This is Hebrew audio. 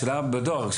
השאלה בדואר,